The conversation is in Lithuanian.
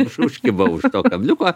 už užkibau už to kabliuko